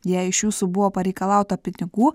jei iš jūsų buvo pareikalauta pinigų